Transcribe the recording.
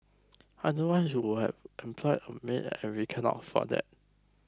otherwise you would have employ a maid and we cannot afford that